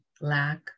lack